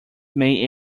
main